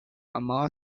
amar